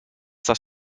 das